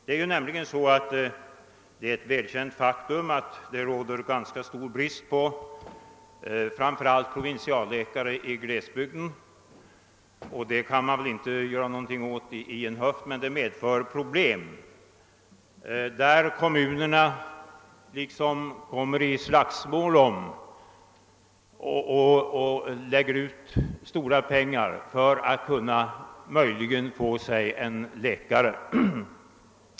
Det är ju ett välkänt faktum, att det råder ganska stor brist på framför allt provinsialläkare i glesbygden. Det kan man väl inte göra något åt just nu, men det medför problem på så sätt att kommunerna ibland kommer i slagsmål om läkare och lägger ut stora pengar för att kunna få en sådan.